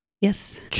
Yes